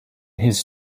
his